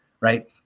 right